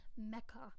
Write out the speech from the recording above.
mecca